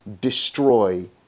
destroy